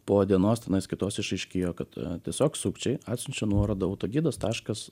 po dienos tenais kitos išaiškėjo kad tiesiog sukčiai atsiunčia nuorodą autogidas taškas